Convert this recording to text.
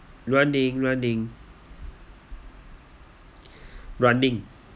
running running running